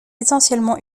essentiellement